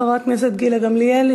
חברת הכנסת גילה גמליאל,